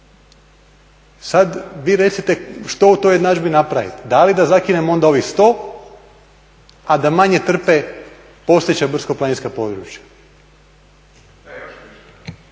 Sad vi recite što u toj jednadžbi napraviti? Da li da zakinemo onda ovih 100, a da manje trpe postojeća brdsko-planinska područja?